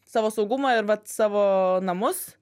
savo saugumą ir vat savo namus